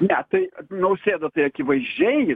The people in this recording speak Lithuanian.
metai nausėda tai akivaizdžiai